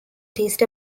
teased